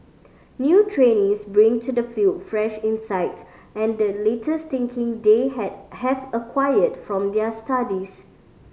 new trainees bring to the field fresh insight and the latest thinking they had have acquired from their studies